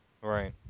Right